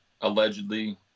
allegedly